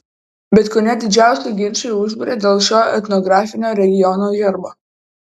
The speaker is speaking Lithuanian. bet kone didžiausi ginčai užvirė dėl šio etnografinio regiono herbo